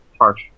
harsh